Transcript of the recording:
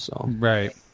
Right